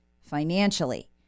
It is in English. financially